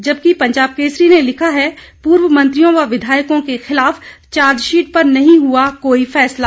जबकि पंजाब केसरी ने लिखा है पूर्व मंत्रियों व विधायकों के खिलाफ चार्जशीट पर नहीं हुआ कोई फैसला